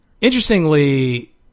Interestingly